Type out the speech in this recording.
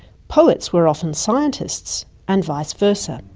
poets were often scientists and vice versa.